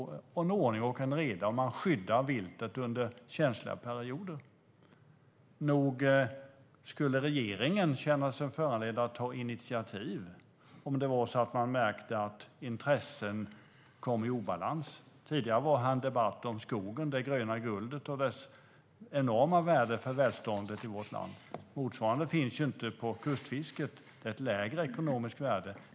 Det är ordning och reda, och man skyddar viltet under känsliga perioder. Nog skulle regeringen känna sig föranledd att ta initiativ om man märkte att intressen kom i obalans? Tidigare var det en debatt om skogen - det gröna guldet - och dess enorma värde för välståndet i vårt land. Motsvarande finns ju inte i kustfisket; det har ett lägre ekonomiskt värde.